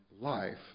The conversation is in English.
life